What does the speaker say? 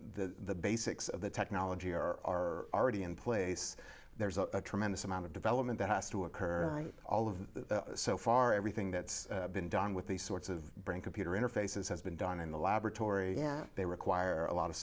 the basics of the technology are already in place there's a tremendous amount of development that has to occur all of the so far everything that's been done with these sorts of brain computer interfaces has been done in the laboratory and they require a lot of